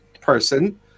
person